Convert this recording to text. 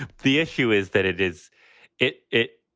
the issue is that it is it it.